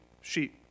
sheep